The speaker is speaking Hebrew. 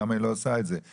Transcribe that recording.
למה היא לא עושה את זה?